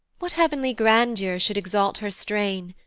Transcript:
what heav'nly grandeur should exalt her strain!